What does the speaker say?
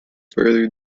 further